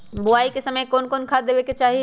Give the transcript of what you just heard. बोआई के समय कौन खाद देवे के चाही?